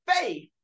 faith